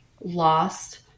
lost